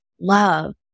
love